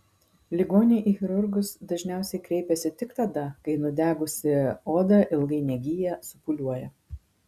ligoniai į chirurgus dažniausiai kreipiasi tik tada kai nudegusi oda ilgai negyja supūliuoja